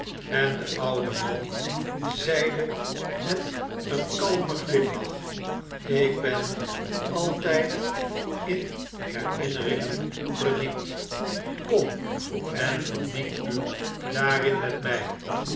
en de oude man zeide met een kalmen glimlach ik ben altyd in herinneringen verdiept kom en verdiep u daarin met mij